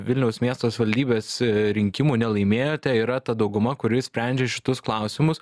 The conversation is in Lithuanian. vilniaus miesto savivaldybės rinkimų nelaimėjote yra ta dauguma kuri sprendžia šitus klausimus